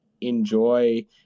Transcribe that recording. enjoy